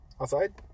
Outside